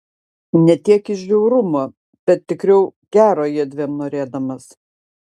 ne tiek iš žiaurumo bet tikriau gero jiedviem norėdamas